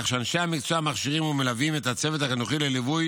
כך שאנשי המקצוע מכשירים ומלווים את הצוות החינוכי לליווי